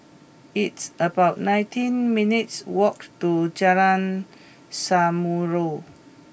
it's about nineteen minutes' walk to Jalan Samulun